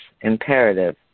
imperative